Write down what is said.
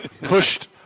pushed